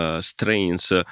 strains